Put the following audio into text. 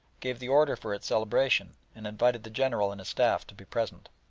gave the order for its celebration, and invited the general and his staff to be present.